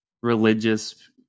religious